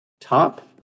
top